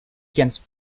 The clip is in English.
against